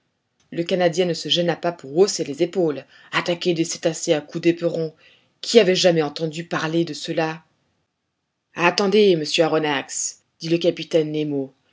le canadien ne se gêna pas pour hausser les épaules attaquer des cétacés à coups d'éperon qui avait jamais entendu parler de cela attendez monsieur aronnax dit le capitaine nemo